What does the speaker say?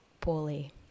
poorly